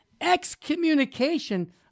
excommunication